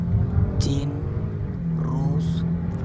China Russia